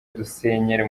dusenyera